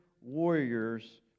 warriors